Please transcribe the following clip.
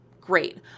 great